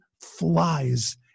flies